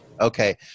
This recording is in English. Okay